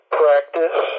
practice